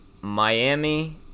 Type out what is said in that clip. Miami